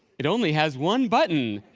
it only has one button.